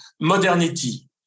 modernity